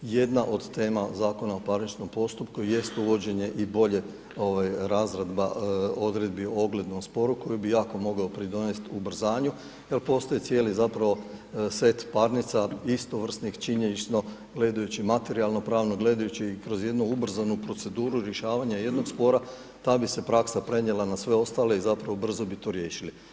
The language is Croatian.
Jedna od tema Zakon o parničnom postupku jest uvođenje i bolje razredba odredbi ogledne u sporu koji bi jako mogao pridonest ubrzanju, tu postoji cijeli zapravo set parnica, istovrsnih činjenično, gledajući materijalno-pravno gledajući i kroz jednu ubrzanu proceduru rješavanja jednog spora, ta bi se praksa prenijela na sve ostale i zapravo brzo bi to riješili.